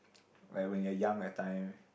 like when you're young that time